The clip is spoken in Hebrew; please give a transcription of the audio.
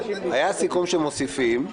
היה סיכום שמוסיפים.